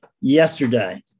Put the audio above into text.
yesterday